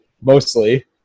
mostly